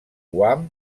guam